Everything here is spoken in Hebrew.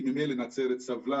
כי ממילא נצרת סבלה